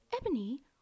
Ebony